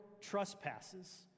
trespasses